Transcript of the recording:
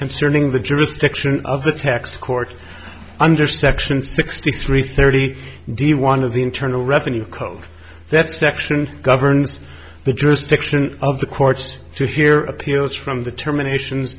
concerning the jurisdiction of the texas court under section sixty three thirty d one of the internal revenue code that section governs the jurisdiction of the courts to hear appeals from the termination